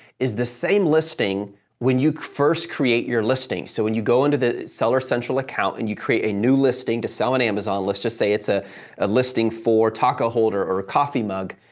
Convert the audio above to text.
is the same listing when you first create your listing. so, when you go into the seller central account and you create a new listing to sell on amazon, let's just say, it's a ah listing for taco holder or a coffee mug,